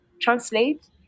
translate